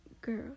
Girl